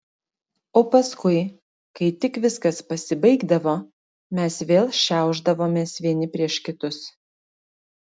o paskui kai tik viskas pasibaigdavo mes vėl šiaušdavomės vieni prieš kitus